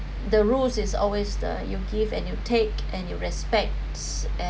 the rules is always the you'll give and you take and you respects and